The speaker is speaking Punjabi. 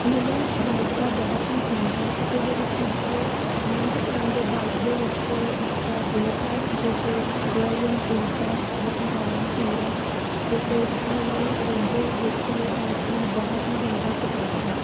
ਮੈਨੂੰ ਬਾਈਕ ਦਾ ਬਹੁਤ ਹੀ ਸ਼ੌਕ ਹੈ ਅਤੇ ਮੇਰੇ ਕੁਝ ਮਨਪਸੰਦ ਬਾਈਕ ਦੇ ਵਿੱਚੋਂ ਇੱਕ ਤਾਂ ਬੁਲਟ ਹੈ ਜੋ ਕਿ ਰੋਇਲ ਇਨਫੀਲਡ ਦਾ ਬਹੁਤ ਹੀ ਜ਼ਿਆਦਾ ਮਸ਼ਹੂਰ ਹੈ ਅਤੇ ਕਈ ਇੱਕ ਮੈਨੂੰ ਅਵੈਂਜਰ ਰੇਸਰ ਬਾਈਕ ਵੀ ਬਹੁਤ ਹੀ ਜ਼ਿਆਦਾ ਪਸੰਦ ਹੈ